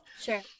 Sure